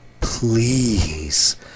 please